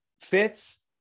fits